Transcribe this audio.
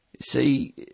see